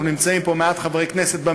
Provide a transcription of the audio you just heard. אנחנו נמצאים פה במליאה מעט חברי כנסת,